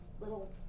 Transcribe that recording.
little